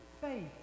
faith